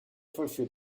vollführt